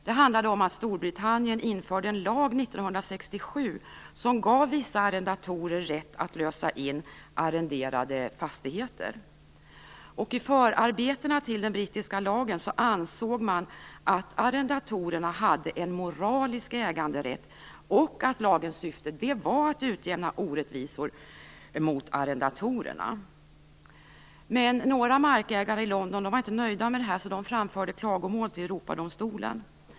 Det handlade om att Storbritannien 1967 införde en lag som gav vissa arrendatorer rätt att lösa in arrenderade fastigheter. I förarbetena till den brittiska lagen ansåg man att arrendatorerna hade en moralisk äganderätt och att lagens syfte var att utjämna orättvisor mot arrendatorerna. Några markägare i London var dock inte nöjda med det här utan framförde klagomål till Europadomstolen.